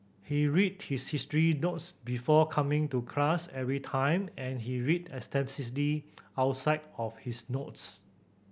he read his history notes before coming to class every time and he read extensively outside of his notes